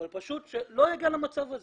אבל פשוט שזה לא יגיע למצב הזה.